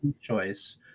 choice